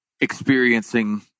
experiencing